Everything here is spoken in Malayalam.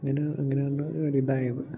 അങ്ങന അങ്ങനെയാണ് ഒരിതായത്